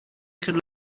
could